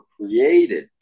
created